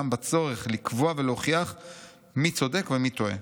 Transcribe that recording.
בצורך לקבוע ולהוכיח מי 'צודק' ומי 'טועה'.